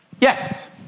Yes